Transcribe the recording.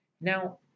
Now